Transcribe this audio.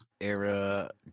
era